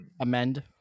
amend